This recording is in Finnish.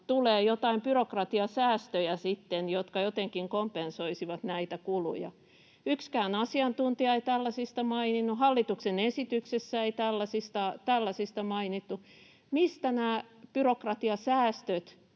tulee joitain byrokratiasäästöjä, jotka jotenkin kompensoisivat näitä kuluja. Yksikään asiantuntija ei tällaisista maininnut, ja hallituksen esityksessä ei tällaisista mainittu. Mistä nämä byrokratiasäästöt